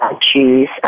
choose